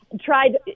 tried